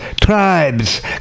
tribes